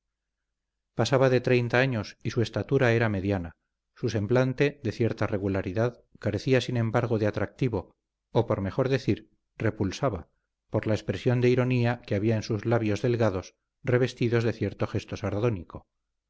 pasaba de treinta años y su estatura era mediana su semblante de cierta regularidad carecía sin embargo de atractivo o por mejor decir repulsaba por la expresión de ironía que había en sus labios delgados revestidos de cierto gesto sardónico